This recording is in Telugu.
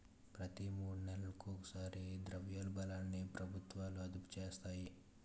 ప్రతి మూడు నెలలకు ఒకసారి ద్రవ్యోల్బణాన్ని ప్రభుత్వాలు అదుపు చేస్తాయి